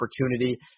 opportunity